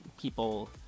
people